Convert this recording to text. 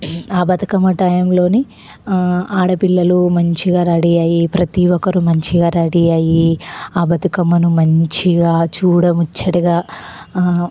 ఆ బతుకమ్మ టైములో ఆడపిల్లలు మంచిగా రెడీ అయ్యి ప్రతీ ఒక్కరు మంచిగా రెడీ అయ్యి ఆ బతుకమ్మను మంచిగా చూడముచ్చటగా